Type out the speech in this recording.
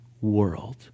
world